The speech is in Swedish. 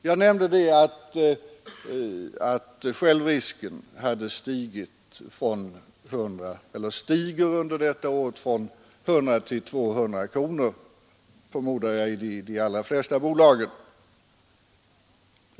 Jag nämnde att självrisken stiger under detta år från 100 till 200 kronor. Jag förmodar att det gäller i de allra flesta bolagen.